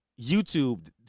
YouTube